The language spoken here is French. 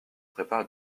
prépare